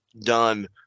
done